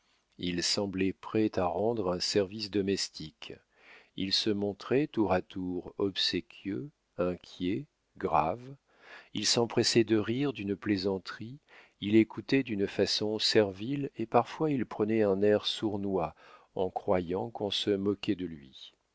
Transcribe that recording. il semblait prêt à rendre un service domestique il se montrait tour à tour obséquieux inquiet grave il s'empressait de rire d'une plaisanterie il écoutait d'une façon servile et parfois il prenait un air sournois en croyant qu'on se moquait de lui